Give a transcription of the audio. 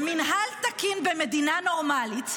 במינהל תקין במדינה נורמלית,